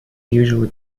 usually